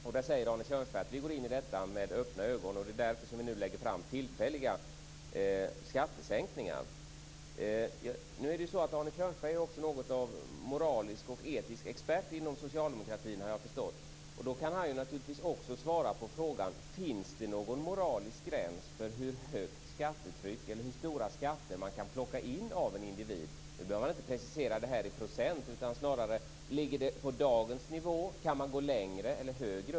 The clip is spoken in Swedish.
Arne Kjörnsberg säger att man går in i dessa med öppna ögon, och att det är därför som man nu lägger fram förslag om tillfälliga skattesänkningar. Arne Kjörnsberg är något av moralisk och etisk expert inom socialdemokratin, såvitt jag har förstått. Då kan han naturligtvis svara på frågan: Finns det någon moralisk gräns för hur stora skatter som man kan plocka in av en individ? Nu behöver inte Arne Kjörnsberg precisera detta i procent, men ligger det på dagens nivå? Kan man gå längre?